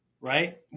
right